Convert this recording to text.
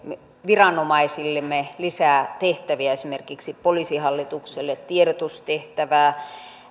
viranomaisillemme lisää tehtäviä esimerkiksi poliisihallitukselle tiedotustehtävää